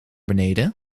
beneden